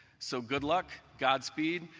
so good luck, godspeed,